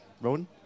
Rowan